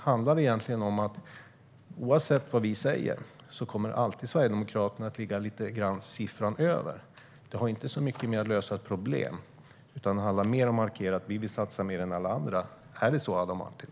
Handlar det egentligen om att Sverigedemokraterna alltid - oavsett vad vi säger - kommer att ligga på siffran över? Det kanske inte har så mycket med att lösa problem att göra, utan det kanske handlar mer om att markera att man vill satsa mer än alla andra. Är det så, Adam Marttinen?